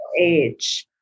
age